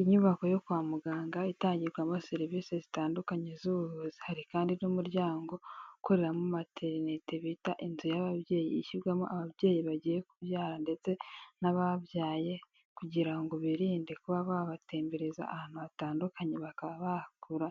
Inyubako yo kwa muganga itangirwamo serivise zitandukanye z'ubuvuzi, hari kandi n'umuryango ukoreramo materinet bita inzu y'ababyeyi ishyirwamo ababyeyi bagiye kubyara ndetse n'ababyaye, kugira ngo birinde kuba babatembereza ahantu hatandukanye bakaba bahakura